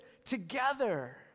Together